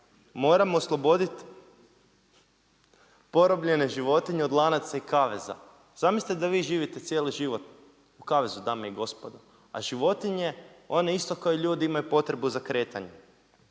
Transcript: Moramo osloboditi porobljene životinje od lanaca i kaveza. Zamislite da vi živite cijeli život u kavezu dame i gospodo. A životinje, oni isto ko i ljudi imaju potrebu za kretanjem.